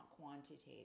quantitative